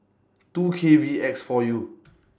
two K V X four U